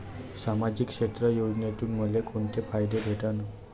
सामाजिक क्षेत्र योजनेतून मले कोंते फायदे भेटन?